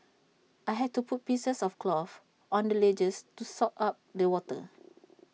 I had to put pieces of cloth on the ledges to soak up the water